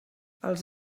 els